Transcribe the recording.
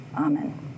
Amen